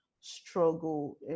struggle